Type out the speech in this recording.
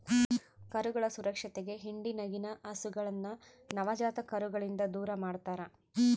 ಕರುಗಳ ಸುರಕ್ಷತೆಗೆ ಹಿಂಡಿನಗಿನ ಹಸುಗಳನ್ನ ನವಜಾತ ಕರುಗಳಿಂದ ದೂರಮಾಡ್ತರಾ